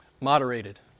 Moderated